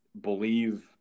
believe